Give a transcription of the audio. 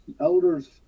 elders